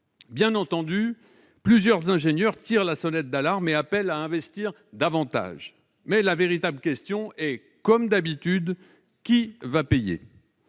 Bien entendu, plusieurs ingénieurs tirent la sonnette d'alarme et appellent à investir davantage. Mais la véritable question, comme d'habitude, est :« Qui va payer ?